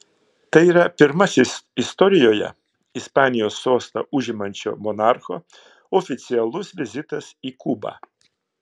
tai yra pirmasis istorijoje ispanijos sostą užimančio monarcho oficialus vizitas į kubą